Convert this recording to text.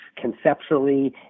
conceptually